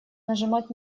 нажимать